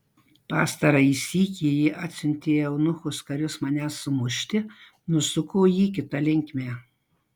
pastarąjį sykį ji atsiuntė eunuchus karius manęs sumušti nusuko jį kita linkme